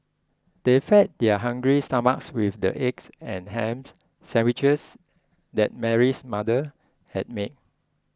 they fed their hungry stomachs with the eggs and hams sandwiches that Mary's mother had made